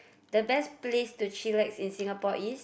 the best place to chillax in Singapore is